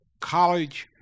college